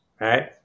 right